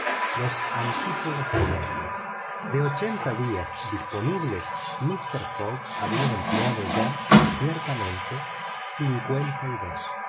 los antípodas de londres de ochenta días disponibles mister fogg había empleado ya ciertamente cincuenta y dos